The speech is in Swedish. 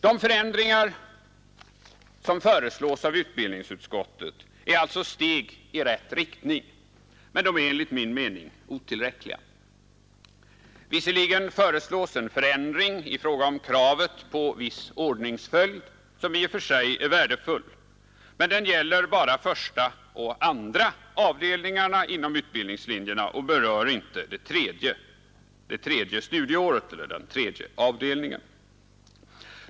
De förändringar som föreslås av utbildningsutskottet är alltså steg i rätt riktning, men de är enligt min mening otillräckliga. Visserligen föreslås i fråga om kravet på viss ordningsföljd en förändring, som i och för sig är värdefull. Men den gäller bara första och andra avdelningarna inom utbildningslinjerna och berör inte den tredje avdelningen.